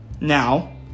Now